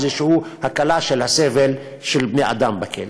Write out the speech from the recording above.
איזושהי הקלה של הסבל של בני-אדם בכלא.